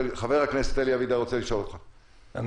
קודם כול,